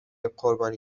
قربانی